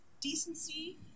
decency